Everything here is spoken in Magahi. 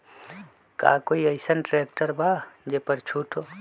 का कोइ अईसन ट्रैक्टर बा जे पर छूट हो?